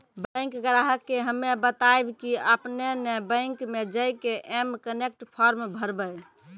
bank ग्राहक के हम्मे बतायब की आपने ने बैंक मे जय के एम कनेक्ट फॉर्म भरबऽ